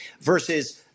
versus